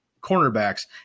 cornerbacks